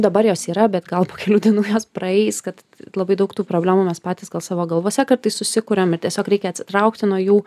dabar jos yra bet gal po kelių dienų jos praeis kad labai daug tų problemų mes patys gal savo galvose kartais susikuriam ir tiesiog reikia atsitraukti nuo jų